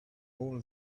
all